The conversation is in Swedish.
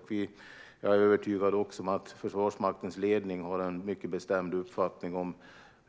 Jag är också övertygad om att Försvarsmaktens ledning har en mycket bestämd uppfattning om